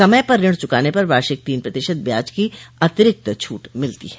समय पर ऋण चुकाने पर वार्षिक तीन प्रतिशत ब्याज की अतिरिक्त छूट मिलती है